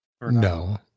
No